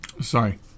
sorry